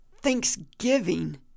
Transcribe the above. thanksgiving